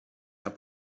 herr